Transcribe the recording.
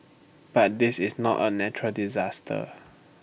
but this is not A natural disaster